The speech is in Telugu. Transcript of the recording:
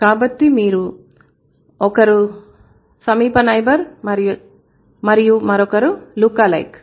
కాబట్టి ఒకరు సమీప నైబర్ మరియు మరొకరు లుక్ అలైక్